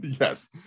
Yes